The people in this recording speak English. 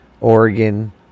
Oregon